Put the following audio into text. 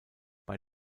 bei